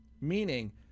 meaning